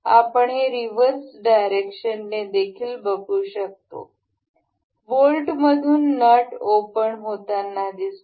आपण हे रिव्हर्स डायरेक्शनने देखील बघू शकतो बोल्ट मधून नट ओपन होताना दिसतो